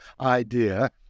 idea